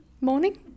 Morning